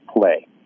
play